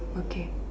okay